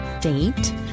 date